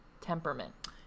temperament